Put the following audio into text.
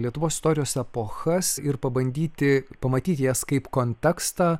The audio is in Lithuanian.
lietuvos istorijos epochas ir pabandyti pamatyti jas kaip kontekstą